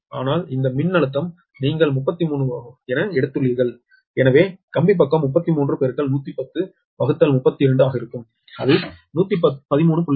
ஆனால் இந்த மின்னழுத்தம் நீங்கள் 33 என எடுத்துள்ளீர்கள் எனவே கம்பி பக்கம் 3311032 ஆக இருக்கும் அது 113